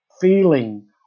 feeling